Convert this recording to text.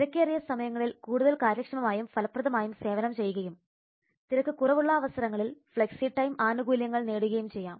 തിരക്കേറിയ സമയങ്ങളിൽ കൂടുതൽ കാര്യക്ഷമമായും ഫലപ്രദമായും സേവനം ചെയ്യുകയും സമയം കുറവുള്ള അവസരങ്ങളിൽ ഫ്ലെക്സി ടൈം ആനുകൂല്യങ്ങൾ നേടുകയും ചെയ്യാം